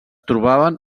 trobaven